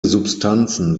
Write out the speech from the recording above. substanzen